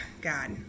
God